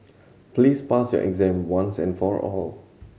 please pass your exam once and for all